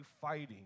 fighting